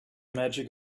magic